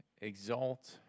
exalt